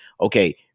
okay